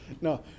No